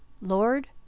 Lord